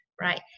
right